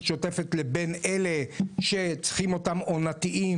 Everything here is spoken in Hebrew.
שוטפת לבין אלה שצריכים אותם עונתית,